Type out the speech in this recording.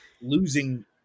Losing